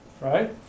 right